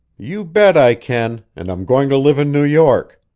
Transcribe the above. you bet i can! and i'm going to live in new york!